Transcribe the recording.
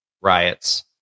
riots